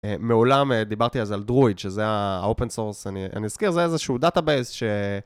מעולם דיברתי אז על droid שזה הopen source אני אזכיר זה איזה שהוא דאטאבייס ש...